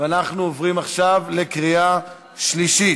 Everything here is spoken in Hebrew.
ואנחנו עוברים עכשיו לקריאה שלישית.